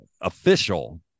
official